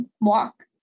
walk